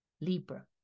Libra